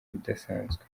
ibidasanzwe